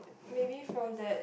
maybe for that